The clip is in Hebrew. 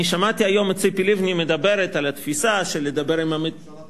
אני שמעתי היום את ציפי לבני מדברת על התפיסה של לדבר עם המתונים,